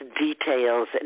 details